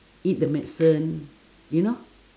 eat the medicine you know